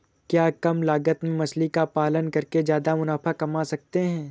क्या कम लागत में मछली का पालन करके ज्यादा मुनाफा कमा सकते हैं?